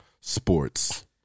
Sports